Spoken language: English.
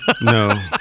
No